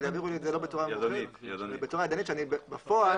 אבל יעבירו לי את זה בצורה ידנית שבפועל זה